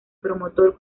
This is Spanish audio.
promotor